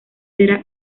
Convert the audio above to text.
será